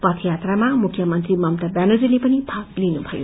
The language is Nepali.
पथयात्रामा मुख्य मंत्री ममता व्यानर्जीले पनि भाग लिनुभयो